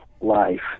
life